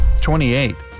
28